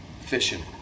fishing